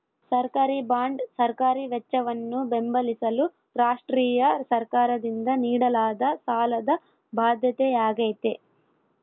ಸರ್ಕಾರಿಬಾಂಡ್ ಸರ್ಕಾರಿ ವೆಚ್ಚವನ್ನು ಬೆಂಬಲಿಸಲು ರಾಷ್ಟ್ರೀಯ ಸರ್ಕಾರದಿಂದ ನೀಡಲಾದ ಸಾಲದ ಬಾಧ್ಯತೆಯಾಗೈತೆ